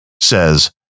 says